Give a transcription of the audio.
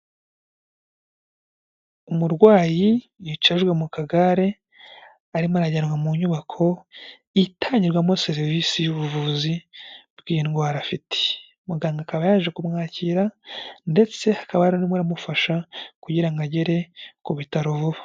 Umurwayi yicajwe mu kagare arimo arajyanwa mu nyubako itangirwamo serivisi y'ubuvuzi bw'iyi ndwara afite muganga akaba yaje kumwakira ndetse akaba ari n'umufasha kugira ngo agere ku bitaro vuba .